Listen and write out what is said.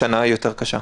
השנה יותר קשה,